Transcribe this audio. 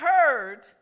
heard